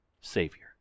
Savior